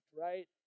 right